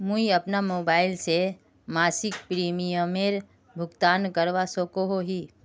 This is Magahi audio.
मुई अपना मोबाईल से मासिक प्रीमियमेर भुगतान करवा सकोहो ही?